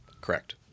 Correct